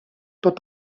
tot